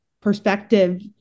perspective